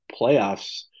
playoffs